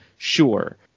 sure